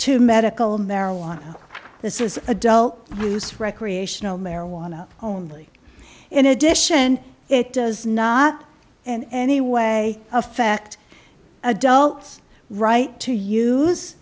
to medical marijuana this is adult use recreational marijuana only in addition it does not in any way affect adults right to use